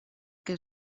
que